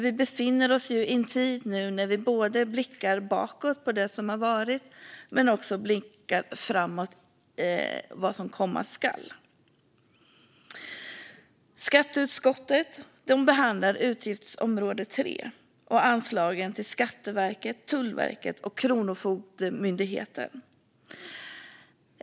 Då befinner vi ju oss i en tid när vi blickar bakåt på det som har varit men också blickar framåt på det som komma skall. Skatteutskottet behandlar utgiftsområde 3 och anslagen till Skatteverket, Tullverket och Kronofogdemyndigheten.